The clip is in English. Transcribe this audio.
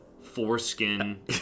foreskin